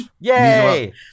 Yay